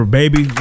baby